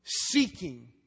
seeking